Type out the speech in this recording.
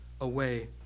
away